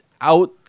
out